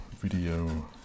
video